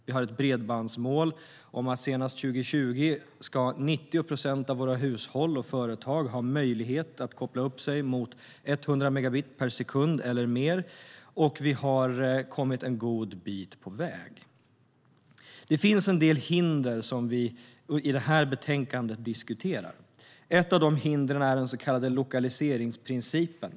Vi har ett bredbandsmål om att 90 procent av våra hushåll och företag senast 2020 ska ha möjlighet att koppla upp sig mot 100 megabit per sekund eller mer, och vi har kommit en god bit på väg. Det finns en del hinder som vi diskuterar i detta betänkande. Ett av dessa hinder är den så kallade lokaliseringsprincipen.